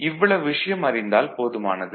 இவ்வளவு விஷயம் அறிந்தால் போதுமானது